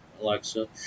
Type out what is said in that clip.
Alexa